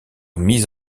mise